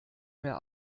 mehr